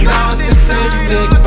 Narcissistic